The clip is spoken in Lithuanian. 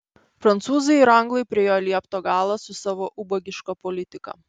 prancūzai ir anglai priėjo liepto galą su savo ubagiška politika